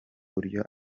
buryo